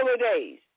days